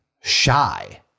shy